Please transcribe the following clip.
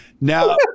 Now